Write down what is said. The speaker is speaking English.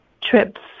trips